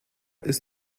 ist